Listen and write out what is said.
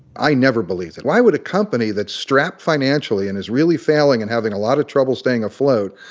i never believed that. why would a company that's strapped financially and is really failing and having a lot of trouble staying afloat,